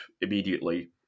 immediately